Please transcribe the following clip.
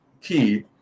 key